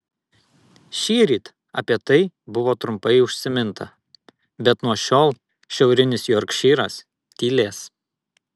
šįryt apie tai buvo trumpai užsiminta bet nuo šiol šiaurinis jorkšyras tylės